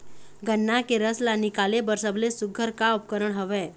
गन्ना के रस ला निकाले बर सबले सुघ्घर का उपकरण हवए?